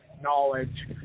knowledge